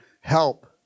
help